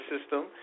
system